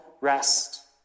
Rest